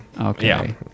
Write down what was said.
Okay